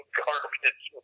garbage